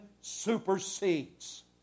supersedes